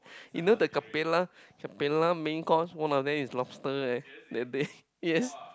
you know the Capella Capella main course one of them is lobsters eh that day yes